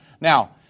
Now